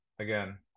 again